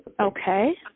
Okay